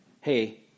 hey